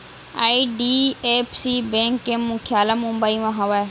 IDFC bank के मुख्यालय मुबई म हवय